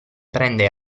prende